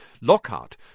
Lockhart